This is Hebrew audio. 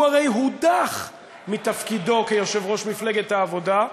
הוא הרי הודח מתפקידו כיושב-ראש מפלגת העבודה,